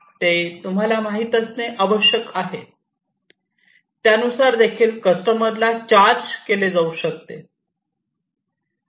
ते तुम्हाला माहीत असणे आवश्यक आहे त्यानुसार देखील कस्टमरला चार्ज केले जाऊ शकते